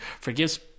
forgives